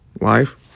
life